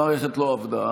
המערכת לא עבדה.